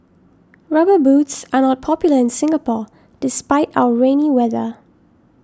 rubber boots are not popular in Singapore despite our rainy weather